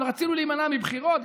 רצינו להימנע מבחירות,